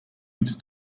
into